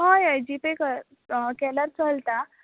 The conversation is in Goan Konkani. हय हय जी पे क केल्यार चलता